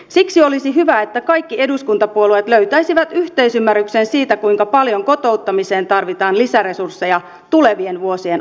siksi olisi hyvä että kaikki eduskuntapuolueet löytäisivät yhteisymmärryksen siitä kuinka paljon kotouttamiseen tarvitaan lisäresursseja tulevien vuosien aikana